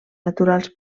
naturals